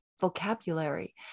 vocabulary